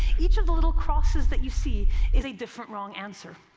each of the little crosses that you see is a different wrong answer.